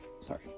sorry